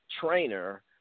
trainer